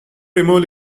removal